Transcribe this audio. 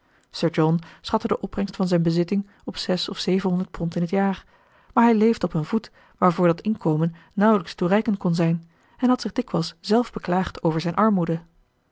sir john schatte de opbrengst van zijn bezitting op zes of zevenhonderd pond in het jaar maar hij leefde op een voet waarvoor dat inkomen nauwelijks toereikend kon zijn en had zich dikwijls zelf beklaagd over zijn armoede